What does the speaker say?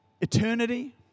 eternity